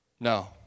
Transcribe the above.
No